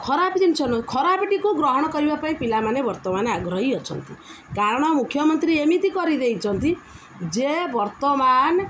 ଖରାପ୍ ଜିନିଷ ନୁହଁ ଖରାପ୍ଟିକୁ ଗ୍ରହଣ କରିବା ପାଇଁ ପିଲାମାନେ ବର୍ତ୍ତମାନ ଆଗ୍ରହୀ ଅଛନ୍ତି କାରଣ ମୁଖ୍ୟମନ୍ତ୍ରୀ ଏମିତି କରିଦେଇଛନ୍ତି ଯେ ବର୍ତ୍ତମାନ